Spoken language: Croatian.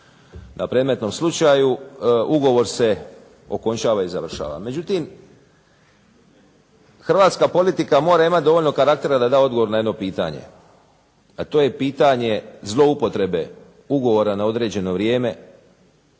na predmetnom slučaju ugovor se okončava i završava. Međutim hrvatska politika mora imati dovoljno karaktera da da odgovor na jedno pitanje, a to je pitanje zloupotrebe ugovora na određeno vrijeme